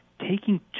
taking